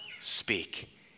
speak